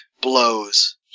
blows